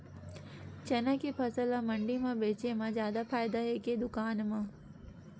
चना के फसल ल मंडी म बेचे म जादा फ़ायदा हवय के दुकान म?